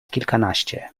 kilkanaście